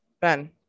Ben